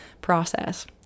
process